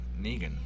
Negan